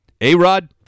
A-Rod